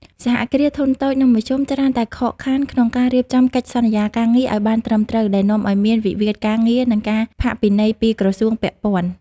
សហគ្រាសធុនតូច និងមធ្យម ច្រើនតែខកខានក្នុងការរៀបចំកិច្ចសន្យាការងារឱ្យបានត្រឹមត្រូវ ដែលនាំឱ្យមានវិវាទការងារ និងការផាកពិន័យពីក្រសួងពាក់ព័ន្ធ។